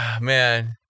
man